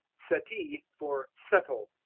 settee for settle.